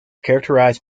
characterized